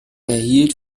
erhielt